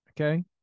Okay